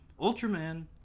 ultraman